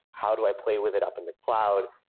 how do i play with it up in the cloud,